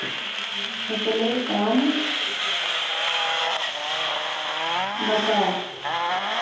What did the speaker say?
फसल लेर नाम बाताउ?